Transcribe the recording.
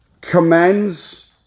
commends